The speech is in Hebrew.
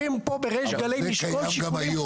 דווקא להם יש יותר סמכויות ממה שיש לממונה היום.